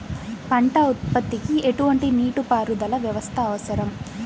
పంట ఉత్పత్తికి ఎటువంటి నీటిపారుదల వ్యవస్థ అవసరం?